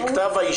למה?